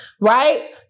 right